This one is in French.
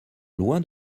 loin